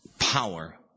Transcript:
power